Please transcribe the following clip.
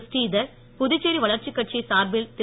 ஸ்ரீதர் புதுச்சேரி வளர்ச்சிக் கட்சி சார்பில் திரு